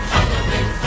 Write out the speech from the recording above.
Halloween